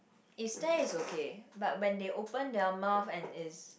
if stare it's okay but when they open their mouth and it's